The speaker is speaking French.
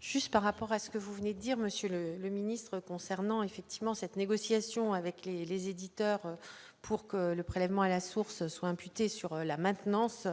Juste par rapport à ce que vous venez dire Monsieur le le ministre concernant effectivement cette négociation avec les les éditeurs pour que le prélèvement à la source soit imputée sur la maintenance